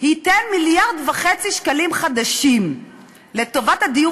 ייתן מיליארד וחצי שקלים חדשים לטובת הדיור